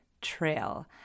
Trail